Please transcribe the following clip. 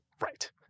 Right